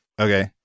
okay